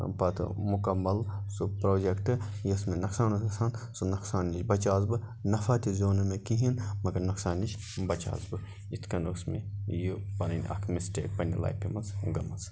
پَتہٕ مُکمل سُہ پرٛوجَکٹ یُس مےٚ نۄقصان اوس گژھان سُہ نۄقصان نِش بَچیووس بہٕ نفع تہِ زیوٗن نہٕ مےٚ کِہیٖنۍ مگر نۄقصان نِش بَچیووس بہٕ یِتھ کَنۍ اوس مےٚ یہِ پَنٕنۍ اَکھ مسٹیک پنٛنہِ لایفہِ منٛز گٔمٕژ